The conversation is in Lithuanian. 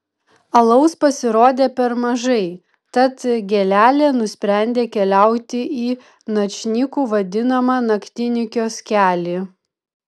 alaus pasirodė per mažai tad gėlelė nusprendė keliauti į načnyku vadinamą naktinį kioskelį